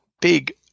big